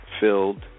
Filled